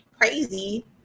crazy